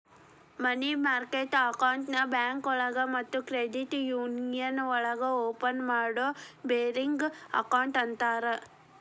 ಮನಿ market ಅಕೌಂಟ್ನ ಬ್ಯಾಂಕೋಳಗ ಮತ್ತ ಕ್ರೆಡಿಟ್ ಯೂನಿಯನ್ಸ್ ಒಳಗ ಓಪನ್ ಮಾಡೋ ಬೇರಿಂಗ್ ಅಕೌಂಟ್ ಅಂತರ